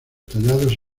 tallados